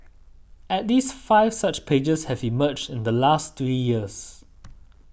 at least five such pages have emerged in the last three years